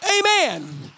Amen